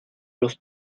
los